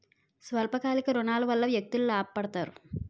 స్వల్ప కాలిక ఋణాల వల్ల వ్యక్తులు లాభ పడతారు